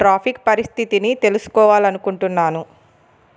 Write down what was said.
traffic పరిస్థితిని తెలుసుకోవాలనుకుంటున్నాను